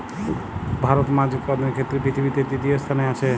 ভারত মাছ উৎপাদনের ক্ষেত্রে পৃথিবীতে তৃতীয় স্থানে আছে